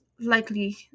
likely